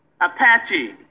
Apache